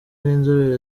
n’inzobere